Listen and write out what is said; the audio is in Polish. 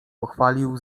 pochwalił